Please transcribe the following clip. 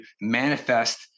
manifest